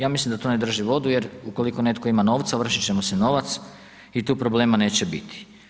Ja mislim da to ne drži vodu jer ukoliko netko ima novca, ovršit će mu se novac i tu problema neće biti.